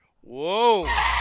Whoa